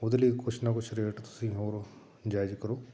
ਉਹਦੇ ਲਈ ਕੁਛ ਨਾ ਕੁਛ ਰੇਟ ਤੁਸੀਂ ਹੋਰ ਜਾਇਜ਼ ਕਰੋ